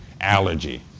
allergy